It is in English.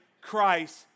Christ